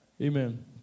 Amen